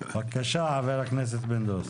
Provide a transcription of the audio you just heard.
בקשה, חבר הכנסת פינדרוס.